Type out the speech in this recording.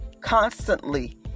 constantly